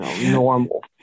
normal